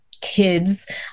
kids